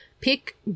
pick